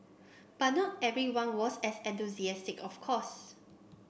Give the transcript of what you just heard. but not everyone was as enthusiastic of course